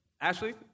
Ashley